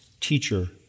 teacher